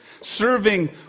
serving